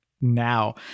now